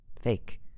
Fake